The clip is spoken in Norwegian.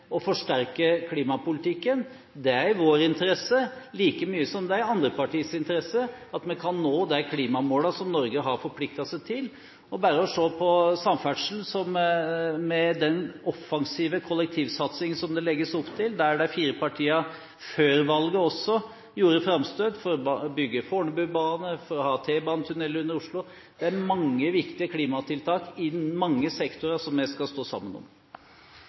og forsterke klimapolitikken. Det er i vår interesse like mye som i de andre partienes interesse at vi kan nå de klimamålene som Norge har forpliktet seg til. Det er bare å se på samferdsel med den offensive kollektivsatsingen som det legges opp til, der de fire partiene før valget også gjorde framstøt for å bygge Fornebubanen, for å ha T-banetunnel under Oslo – det er mange viktige klimatiltak innen mange sektorer som vi skal stå sammen om.